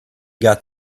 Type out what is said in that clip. got